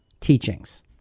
teachings